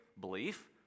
belief